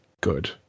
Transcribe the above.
good